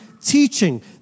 teaching